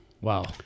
Wow